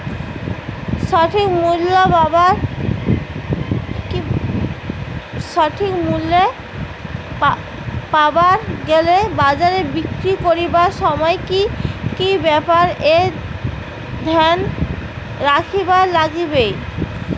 সঠিক মূল্য পাবার গেলে বাজারে বিক্রি করিবার সময় কি কি ব্যাপার এ ধ্যান রাখিবার লাগবে?